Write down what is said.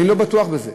אני לא בטוח בזה.